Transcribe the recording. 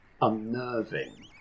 unnerving